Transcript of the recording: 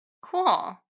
Cool